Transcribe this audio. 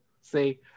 See